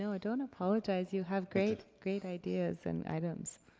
ah don't apologize, you have great great ideas and items.